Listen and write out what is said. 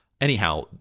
Anyhow